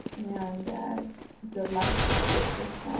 and good luck this week with